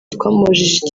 twamubajije